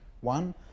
One